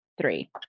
three